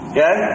Okay